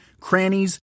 crannies